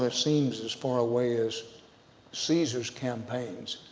ah seems as far away as caesar's campaigns,